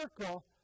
circle